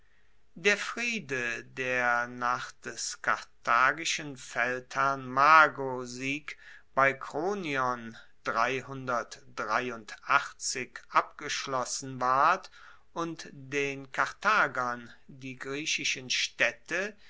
der friede der nach des karthagischen feldherrn mago sieg bei kronion abgeschlossen ward und den karthagern die griechischen staedte